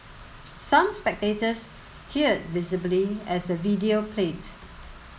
some spectators teared visibly as the video played